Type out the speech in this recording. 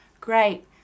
Great